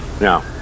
No